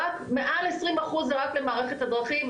מעל 20% זה רק למערכת הדרכים,